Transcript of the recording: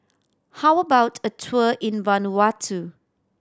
how about a tour in Vanuatu